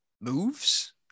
moves